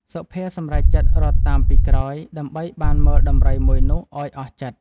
សុភាសម្រេចចិត្តរត់តាមពីក្រោយដើម្បីបានមើលដំរីមួយនោះឱ្យអស់ចិត្ត ។